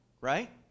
right